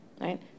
right